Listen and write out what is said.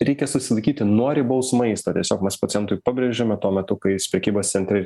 reikia susilaikyti nuo ribaus maisto tiesiog mes pacientui pabrėžiame tuo metu kai jis prekybos centre